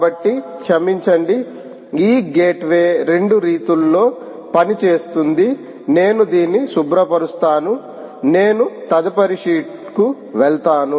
కాబట్టి క్షమించండి ఈ గేట్వే రెండు రీతుల్లో పనిచేస్తుంది నేను దీన్ని శుభ్రపరుస్తాను నేను తదుపరి షీట్కు వెళ్తాను